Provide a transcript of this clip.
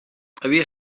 havia